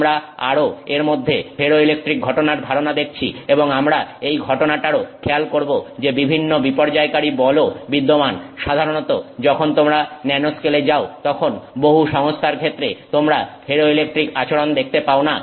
আমরা আরও এর মধ্যে ফেরোইলেকট্রিক ঘটনার ধারণা দেখছি এবং আমরা এই ঘটনাটারও খেয়াল করব যে বিভিন্ন বিপর্যয়কারী বলও বিদ্যমান সাধারণত যখন তোমরা ন্যানো স্কেলে যাও তখন বহু সংস্থার ক্ষেত্রে তোমরা ফেরোইলেকট্রিক আচরন দেখতে পাও না